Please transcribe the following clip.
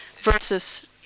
versus